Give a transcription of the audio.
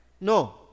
No